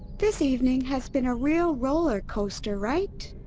this evening has been a real rollercoaster, right?